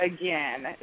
again